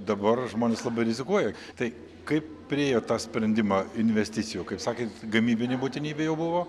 dabar žmonės labai rizikuoja tai kaip priėjo tą sprendimą investicijų kaip sakėt gamybinė būtinybė jau buvo